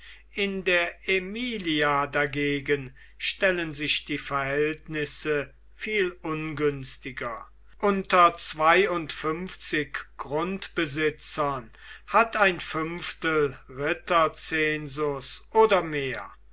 in der aemilia dagegen stellen sich die verhältnisse viel ungünstiger unter grundbesitzern hat ein fünftel ritterzensus oder mehr